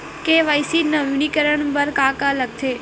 KYC नवीनीकरण बर का का लगथे?